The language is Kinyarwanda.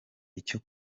icyo